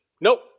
Nope